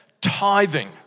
tithing